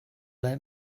let